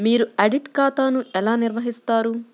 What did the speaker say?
మీరు ఆడిట్ ఖాతాను ఎలా నిర్వహిస్తారు?